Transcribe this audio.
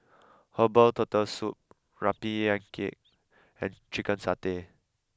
Herbal Turtle Soup Rempeyek and Chicken Satay